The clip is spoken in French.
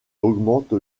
augmente